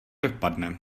dopadne